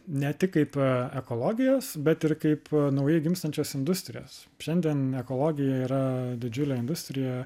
ne tik kaip ekologijos bet ir kaip naujai gimstančios industrijos šiandien ekologija yra didžiulė industrija